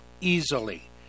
easily